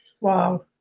Wow